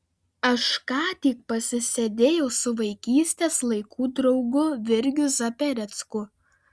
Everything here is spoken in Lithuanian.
aš ką tik pasisėdėjau su vaikystės laikų draugu virgiu zaperecku